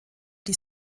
die